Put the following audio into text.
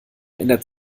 ändert